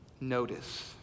notice